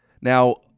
Now